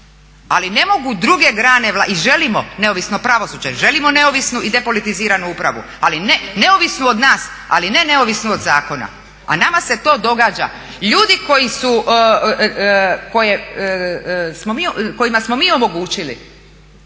ali ne mogu druge grane, i želimo neovisno pravosuđe, želimo neovisnu i depolitiziranu upravu, ali ne neovisnu od nas, ali ne neovisnu od zakona, a nama se to događa. Ljudi kojima smo mi omogućili